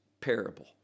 parable